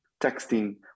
texting